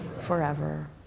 forever